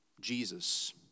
Jesus